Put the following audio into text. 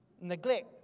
neglect